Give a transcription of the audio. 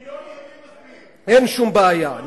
אין שום בעיה.